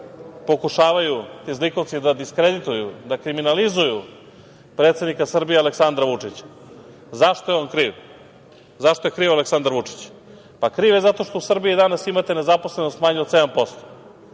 pokušavaju ti zlikovci da diskredituju da kriminalizuju predsednika Srbije Aleksandra Vučića. Zašto je on kriv? Zašto je kriv Aleksandar Vučić? Kriv je, zato što danas u Srbiji imate nezaposlenost manju od 7%.